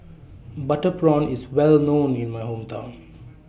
Butter Prawn IS Well known in My Hometown